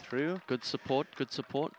through good support could support